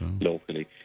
locally